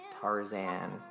Tarzan